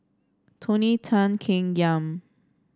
Tony Tan Keng Yam